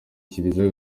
kiliziya